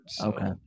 Okay